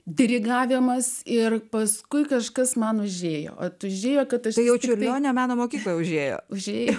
dirigavimas ir paskui kažkas man užėjo užėjo kad aš ėjau čiurlionio meno mokyklą užėjo už jį